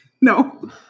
no